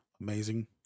amazing